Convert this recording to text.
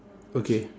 okay